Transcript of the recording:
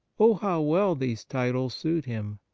oh, how well these titles suit him!